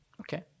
Okay